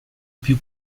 più